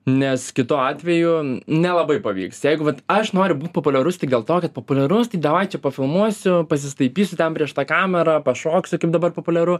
nes kitu atveju nelabai pavyks jeigu vat aš noriu būt populiarus tik dėl to kad populiarus tai davai čia pafilmuosiu pasistaipysiu prieš tą kamerą pašoksiu kaip dabar populiaru